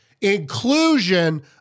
inclusion